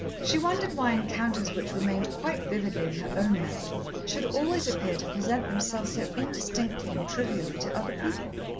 she wondered why encounters which remained quite vividly in her own memory should always appear to present themselves so indistinctly and trivially to other people.